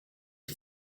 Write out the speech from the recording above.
the